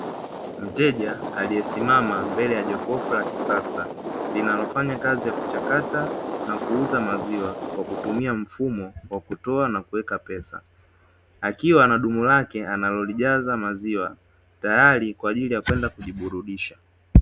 Mteja aliyesimama mbele ya jokofu la kisasa linalofanya kazi ya kuchakata na kuuza maziwa kwa kutumia mfumo wa kutoa na kuweka pesa, akiwa na dumu lake analolijaza maziwa tayari kwaajili ya kwenda kujiburudisha.